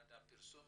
ממשרד הפרסום